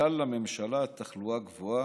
הממשלה, התחלואה גבוהה.